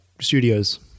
studios